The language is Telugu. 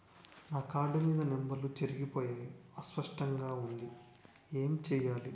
నా కార్డ్ మీద నంబర్లు చెరిగిపోయాయి అస్పష్టంగా వుంది ఏంటి చేయాలి?